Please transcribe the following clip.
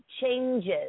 changes